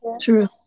True